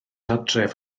adref